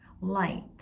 light